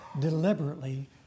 deliberately